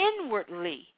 inwardly